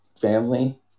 family